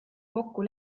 kokku